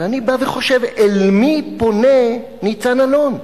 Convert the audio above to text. ואני בא וחושב: אל מי פונה ניצן אלון?